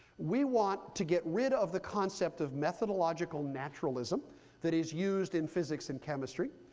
we want to get rid of the concept of methodological naturalism that is used in physics and chemistry,